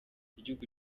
igihugu